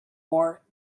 war